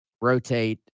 rotate